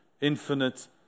infinite